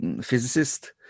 physicist